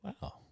Wow